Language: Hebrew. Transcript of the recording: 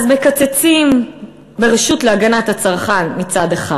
אז מקצצים ברשות להגנת הצרכן מצד אחד,